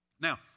Now